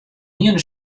iene